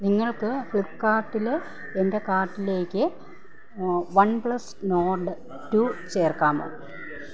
നിങ്ങൾക്ക് ഫ്ലിപ്പ്കാർട്ടിലെ എൻ്റെ കാർട്ടിലേക്ക് വൺ പ്ലസ് നോർഡ് ടു ചേർക്കാമോ